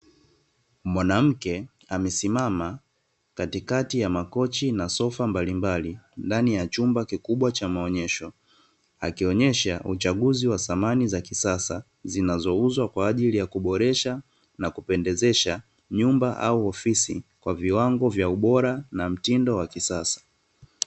Mwanamke amesimama katikati ya makochi na sofa mbalimbali ndani ya chumba kikubwa cha maonyesho, akionyesha uchaguzi wa samani za kisasa, zinazouzwa kwa ajili ya kuboresha na kupendeza nyumba au ofisi kwa viwango vya ubora na mtindo wa kisasa.